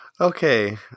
Okay